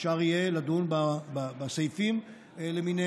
אפשר יהיה לדון בסעיפים למיניהם,